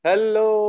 Hello